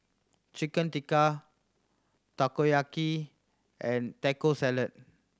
Chicken Tikka Takoyaki and Taco Salad